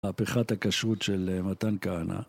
מהפיכת הכשרות של מתן כהנא